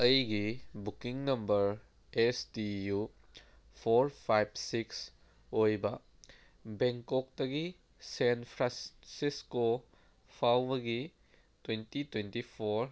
ꯑꯩꯒꯤ booking number S D U four five six ꯑꯣꯏꯕ ꯕꯦꯡꯀꯣꯛꯇꯒꯤ ꯁꯦꯟ ꯐ꯭ꯔꯥꯟꯁꯤꯁꯀꯣ ꯐꯥꯎꯕꯒꯤ ꯇ꯭ꯋꯦꯟꯇꯤ ꯇ꯭ꯋꯦꯟꯇꯤ ꯐꯣꯔ